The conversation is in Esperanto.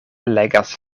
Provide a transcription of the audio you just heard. legas